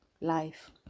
life